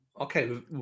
Okay